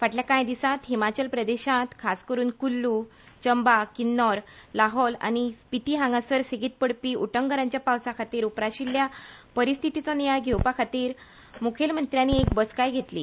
फाटल्या कांय दिसांत हिमाचल प्रदेशांत खासा करून कुल्ल चम्बा किन्नौर लाहौल आनी स्पिती हांगासर सेगीत पडपी उटंगरांच्या पावसा खातीर जाल्ल्या परिस्थीतीचो नियाळ घेवपा खातीर मुखेलमंत्र्यांनी एक बसकाय घेतली